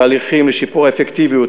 תהליכים לשיפור האפקטיביות,